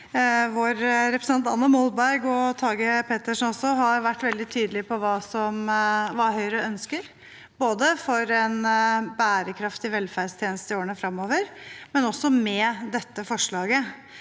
våre representanter Anna Molberg og Tage Pettersen har vært veldig tydelige på hva Høyre ønsker, både for en bærekraftig velferdstjeneste i årene fremover og med dette forslaget.